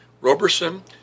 Roberson